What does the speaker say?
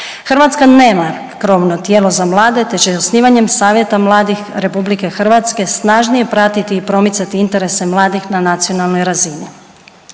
Hrvatska nema krovno tijelo za mlade te će osnivanjem Savjeta mladih RH snažnije pratiti i promicanje interese mladih na nacionalnoj razini.